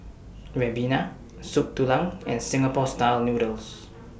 Ribena Soup Tulang and Singapore Style Noodles